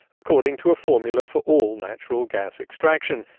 according to a formula for all natural gas extraction.